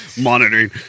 Monitoring